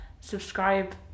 subscribe